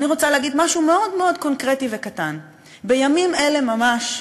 אני רוצה להגיד משהו מאוד מאוד קונקרטי וקטן: בימים אלה ממש,